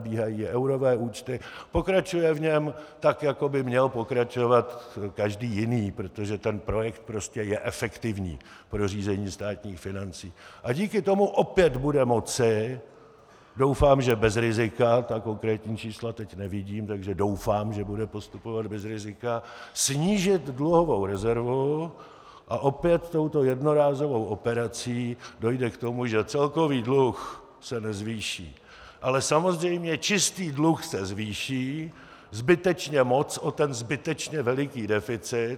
K 1. 1. 2014 nabírají eurové účty, pokračuje v něm tak, jako by měl pokračovat každý jiný, protože ten projekt prostě je efektivní pro řízení státních financí, a díky tomu opět bude moci doufám, že bez rizika, tak konkrétní čísla teď nevidím, takže doufám, že bude postupovat bez rizika snížit dluhovou rezervu a opět touto jednorázovou operací dojde k tomu, že celkový dluh se nezvýší, ale samozřejmě čistý dluh se zvýší zbytečně moc o ten zbytečně veliký deficit.